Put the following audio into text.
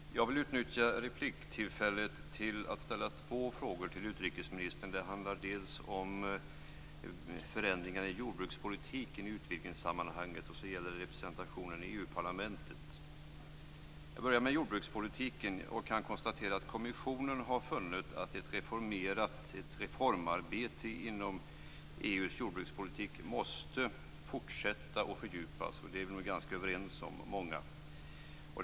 Herr talman! Jag vill utnyttja repliktillfället till att ställa två frågor till utrikesministern. Det handlar dels om förändringar i jordbrukspolitiken i utvidgningssammanhanget, dels om representationen i EU Jag börjar med jordbrukspolitiken och konstaterar att kommissionen har funnit att ett reformarbete inom EU:s jordbrukspolitik måste fortsätta och fördjupas. Det är vi nog många som är ganska överens om.